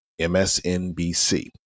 MSNBC